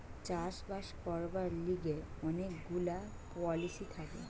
চাষ বাস করবার লিগে অনেক গুলা পলিসি থাকে